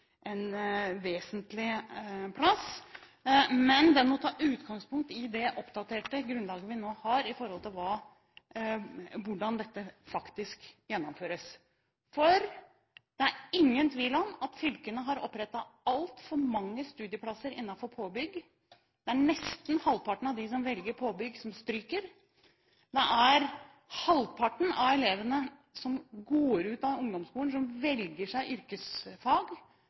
vesentlig plass, men meldingen må ta utgangspunkt i det oppdaterte grunnlaget vi nå har for hvordan dette faktisk gjennomføres. For det er ingen tvil om at fylkene har opprettet altfor mange studieplasser innenfor påbygg – nesten halvparten av dem som velger påbygg, stryker. Halvparten av elevene som går ut av ungdomsskolen, velger seg yrkesfag,